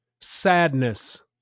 sadness